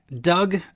doug